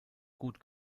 gut